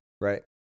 Right